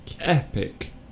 Epic